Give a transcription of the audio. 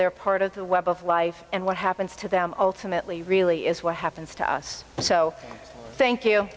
they're part of the web of life and what happens to them ultimately really is what happens to us so thank you